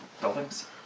buildings